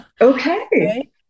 Okay